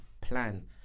plan